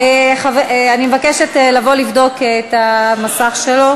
אני מבקשת לבוא לבדוק את המסך שלו.